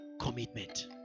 commitment